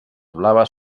blaves